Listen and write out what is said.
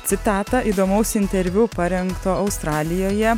citatą įdomaus interviu parengto australijoje